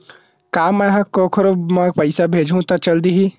का मै ह कोखरो म पईसा भेजहु त चल देही?